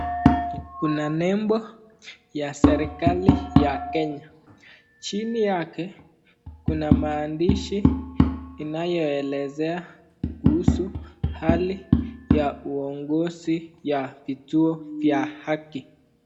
Kuna nembo ya serekali ya Kenya chini yake kuna maandishi inayoelezea kuhusu hali ya uongozi ya kituo vya aki.